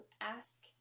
ask